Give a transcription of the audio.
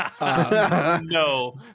No